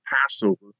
Passover